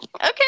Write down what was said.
Okay